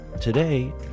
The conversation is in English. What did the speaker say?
today